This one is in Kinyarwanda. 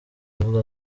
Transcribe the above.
avuga